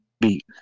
beat